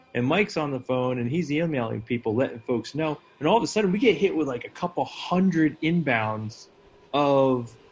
and mike's on the phone and he's emailing people, letting folks know, and all of a sudden, we get hit with like a couple hundred inbounds of,